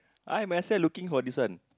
I myself looking for this one